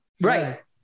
Right